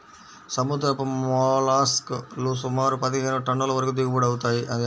సముద్రపు మోల్లస్క్ లు సుమారు పదిహేను టన్నుల వరకు దిగుబడి అవుతాయి